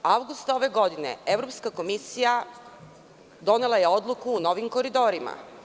Avgusta ove godine Evropska komisija donela je odluku o novim koridorima.